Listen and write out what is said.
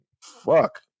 Fuck